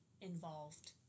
involved